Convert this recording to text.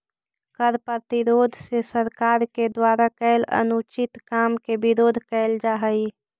कर प्रतिरोध से सरकार के द्वारा कैल अनुचित काम के विरोध कैल जा हई